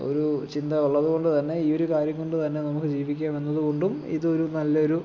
ഒരു ചിന്ത ഉള്ളതുകൊണ്ട് തന്നെ ഈ ഒരു കാര്യം കൊണ്ട് തന്നെ നമുക്ക് ജീവിക്കാം എന്നതുകൊണ്ടും ഇത് ഒരു നല്ലൊരു